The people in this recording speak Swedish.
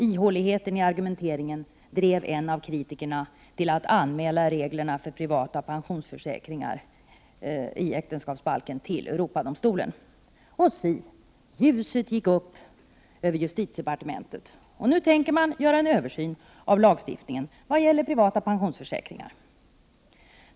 Ihåligheten i argumenteringen drev en av kritikerna till att anmäla reglerna för privata pensionsförsäkringar i äktenskapsbalken till Europadomstolen — och si, ljuset gick upp över justitiedepartementet, och nu tänker man göra en översyn av lagstiftningen vad gäller privata pensionsförsäkringar.